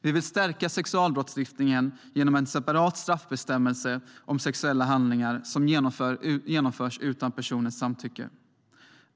Vi vill stärka sexualbrottslagstiftningen med hjälp av en separat straffbestämmelse om sexuella handlingar som genomförs utan en persons samtycke.